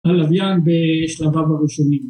הלוויין בשלביו הראשונים